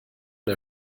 der